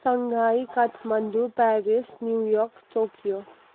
Shanghai Kathmandu Paris New York Tokyo